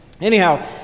Anyhow